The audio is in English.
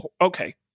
okay